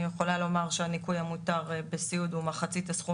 אני יכולה לומר שהניכוי המותר בסיעוד זה מחצית הסכום